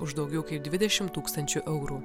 už daugiau kaip dvidešim tūkstančių eurų